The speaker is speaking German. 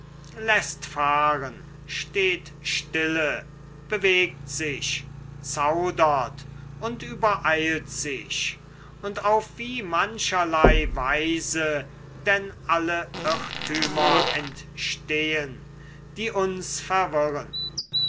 läßt fahren steht stille bewegt sich zaudert und übereilt sich und auf wie mancherlei weise denn alle irrtümer entstehen die uns verwirren